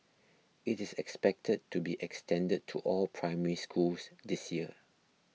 it is expected to be extended to all Primary Schools this year